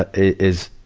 ah is,